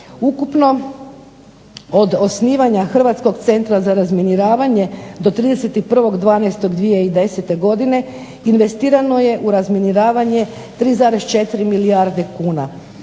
Ukupno od osnivanja Hrvatskog centra za razminiravanje do 31.12.2010. godine investirano je u razminiravanje 3,4 milijarde kuna.